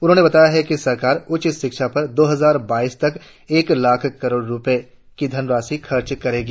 उन्होंने बताया कि सरकार उच्च शिक्षा पर दो हजार बाईस तक एक लाख करोड़ रुपये की धनराशि खर्च करेगी